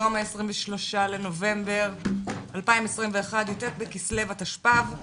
היום 23 בנובמבר 2021 יט' בכסליו התשפ"ב.